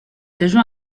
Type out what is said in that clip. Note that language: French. région